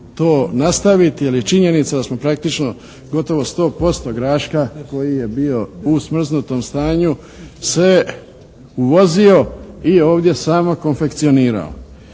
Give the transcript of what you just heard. to nastaviti jer je činjenica da smo praktično gotovo 100% graška koji je bio u smrznutom stanju sve uvozio i ovdje samo konfekcionirao.